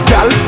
Gal